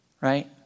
Right